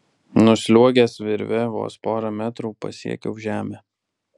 nusliuogęs virve vos porą metrų pasiekiau žemę